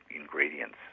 ingredients